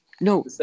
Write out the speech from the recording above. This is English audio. No